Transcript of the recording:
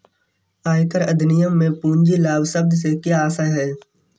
आयकर अधिनियम में पूंजी लाभ शब्द से क्या आशय है?